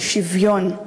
של שוויון,